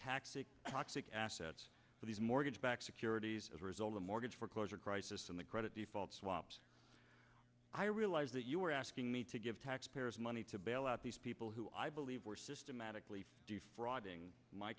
taxes toxic assets these mortgage backed securities as a result of mortgage foreclosure crisis in the credit default swaps i realize that you were asking me to give taxpayers money to bail out these people who i believe were systematically do fraud ing my